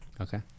Okay